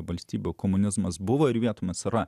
valstybių komunizmas buvo ir vietomis yra